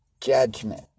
judgment